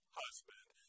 husband